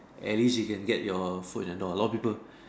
at least you can get your foot in the door a lot of people